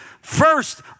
First